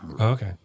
Okay